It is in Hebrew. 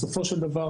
בסופו של דבר